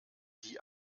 die